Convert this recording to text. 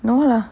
no lah